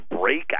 break